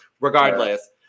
regardless